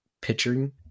pitching